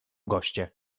goście